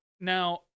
now